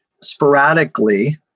sporadically